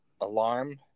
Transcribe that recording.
alarm